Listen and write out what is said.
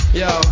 yo